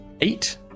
eight